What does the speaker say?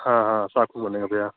हाँ हाँ साखू बनेगा भैया